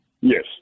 Yes